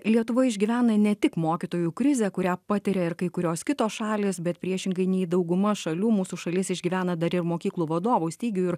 lietuva išgyvena ne tik mokytojų krizę kurią patiria ir kai kurios kitos šalys bet priešingai nei dauguma šalių mūsų šalis išgyvena dar ir mokyklų vadovų stygių ir